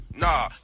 Nah